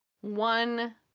one